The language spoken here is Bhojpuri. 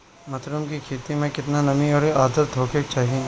मशरूम की खेती में केतना नमी और आद्रता होखे के चाही?